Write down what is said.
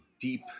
deep